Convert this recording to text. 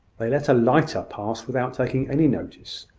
they let a lighter pass without taking any notice,